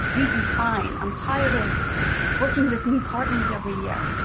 we'd be fine. i'm tired of working with new partners every year.